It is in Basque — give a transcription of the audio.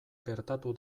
gertatu